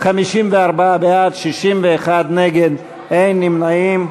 54 בעד, 61 נגד, אין נמנעים.